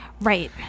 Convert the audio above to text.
Right